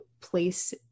place